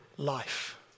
life